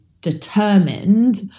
determined